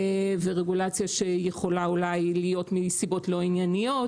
ורגולציה שיכולה אולי להיות מסיבות לא ענייניות